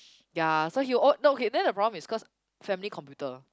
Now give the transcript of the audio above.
ya so he oh no okay then the problem is cause family computer